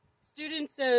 students